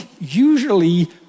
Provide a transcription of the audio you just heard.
usually